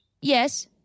Yes